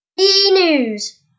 E-News